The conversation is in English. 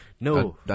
No